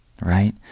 right